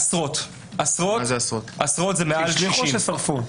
עשרות, עשרות, מעל 60. השליכו או ששרפו?